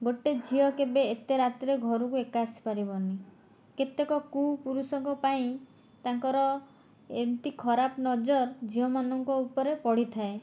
ଗୋଟିଏ ଝିଅ କେବେ ଏତେ ରାତିରେ ଘରକୁ ଏକା ଆସିପାରିବ ନାହିଁ କେତେକ କୁପୁରୁଷଙ୍କ ପାଇଁ ତାଙ୍କର ଏମିତି ଖରାପ ନଜର ଝିଅମାନଙ୍କ ଉପରେ ପଡ଼ିଥାଏ